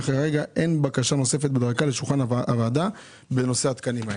וכרגע אין בקשה נוספת בדרכה לשולחן הוועדה בנושא התקנים האלה.